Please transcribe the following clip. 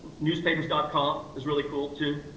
newspapers dot com is really cool, too.